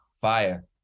Fire